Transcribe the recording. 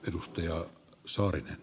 herra puhemies